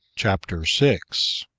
chapter six.